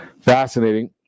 Fascinating